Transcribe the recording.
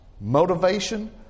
motivation